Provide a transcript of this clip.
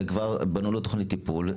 וכבר בנו לו תוכנית טיפול,